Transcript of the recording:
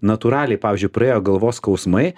natūraliai pavyzdžiui praėjo galvos skausmai